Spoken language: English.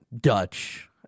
Dutch